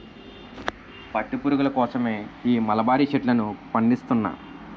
పట్టు పురుగుల కోసమే ఈ మలబరీ చెట్లను పండిస్తున్నా